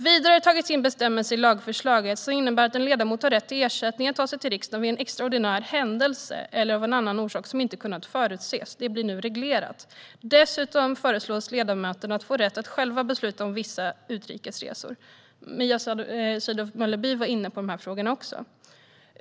Vidare har det i lagförslaget tagits in bestämmelser som innebär att en ledamot har rätt till ersättning för att ta sig till riksdagen vid en extraordinär händelse eller av en annan orsak som inte kunnat förutses. Detta blir nu reglerat. Dessutom föreslås ledamöterna få rätt att själva besluta om vissa utrikes resor. Mia Sydow Mölleby var också inne på dessa frågor.